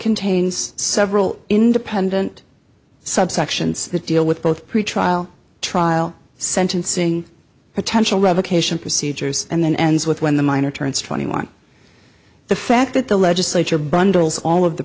contains several independent subsections to deal with both pretrial trial sentencing potential revocation procedures and then ends with when the minor turns twenty one the fact that the legislature bundles all of the